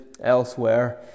elsewhere